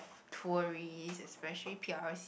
tourist especially p_r_c